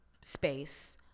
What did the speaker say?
space